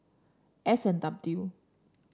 S and W